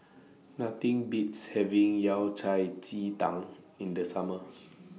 Nothing Beats having Yao Cai Ji Tang in The Summer